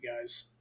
guys